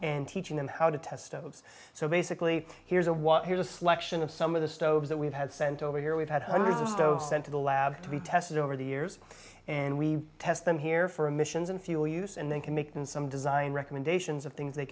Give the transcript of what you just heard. and teaching them how to test so basically here's a what here's a slush of some of the stoves that we've had sent over here we've had hundreds of stoves sent to the lab to be tested over the years and we test them here for missions and fuel use and they can make some design recommendations of things they